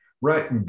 Right